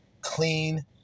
clean